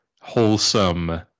wholesome